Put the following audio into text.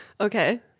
Okay